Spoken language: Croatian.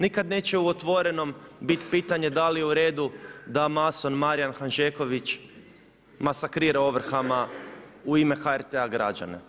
Nikada neće u Otvorenom biti pitanje, da li je u redu, da manson, Marijan Handžeković, masakrira ovrhama u ime HRT građane.